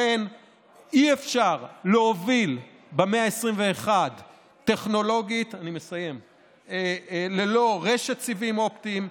אי-אפשר להוביל במאה ה-21 טכנולוגית ללא רשת סיבים אופטיים,